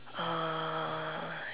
uh